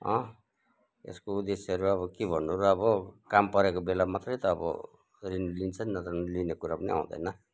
अँ यसको उदेश्यहरू अब के भन्नु र अब काम परेको बेला मात्रै त अब ऋण लिन्छन् नत्र भने लिने कुरा पनि आउँदैन